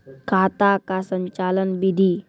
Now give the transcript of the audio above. खाता का संचालन बिधि?